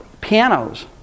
pianos